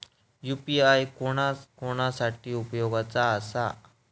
UPI कोणा कोणा साठी उपयोगाचा आसा?